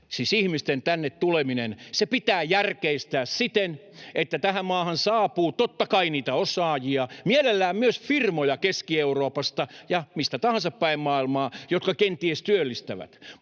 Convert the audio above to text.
siis ihmisten tänne tuleminen, pitää järkeistää siten, että tähän maahan saapuu, totta kai, niitä osaajia, mielellään myös Keski-Euroopasta ja mistä tahansa päin maailmaa firmoja, jotka kenties työllistävät.